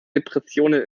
depressionen